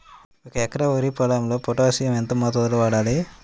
ఒక ఎకరా వరి పొలంలో పోటాషియం ఎంత మోతాదులో వాడాలి?